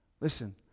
listen